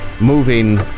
moving